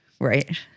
Right